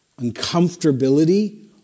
uncomfortability